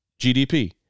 GDP